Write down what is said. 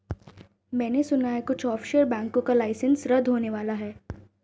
मैने सुना है कुछ ऑफशोर बैंकों का लाइसेंस रद्द होने वाला है